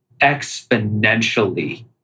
exponentially